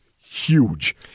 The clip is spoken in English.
huge